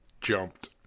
jumped